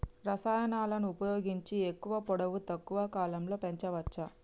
రసాయనాలను ఉపయోగించి ఎక్కువ పొడవు తక్కువ కాలంలో పెంచవచ్చా?